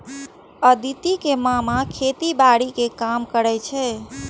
अदिति के मामा खेतीबाड़ी के काम करै छै